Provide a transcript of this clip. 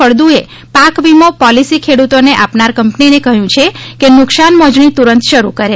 ફળદુએ પાકવિમો પોલીસી ખેડૂતોને આપનાર કંપનીને કહ્યું છે કે નુકસાન મોજણી તુરંત શરૂ કરે